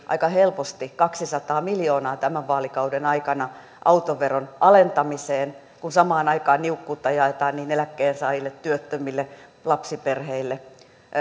aika helposti kaksisataa miljoonaa tämän vaalikauden aikana autoveron alentamiseen kun samaan aikaan niukkuutta jaetaan niin eläkkeensaajille työttömille kuin lapsiperheille